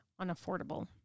unaffordable